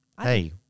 hey